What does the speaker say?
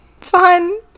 fun